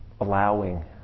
allowing